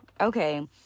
Okay